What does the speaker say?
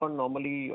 normally